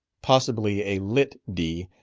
possibly a litt d.